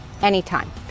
Anytime